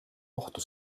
ohtu